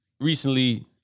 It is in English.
recently